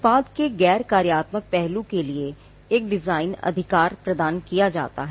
उत्पाद के गैर कार्यात्मक पहलू के लिए एक डिज़ाइन अधिकार प्रदान किया जाता है